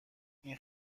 این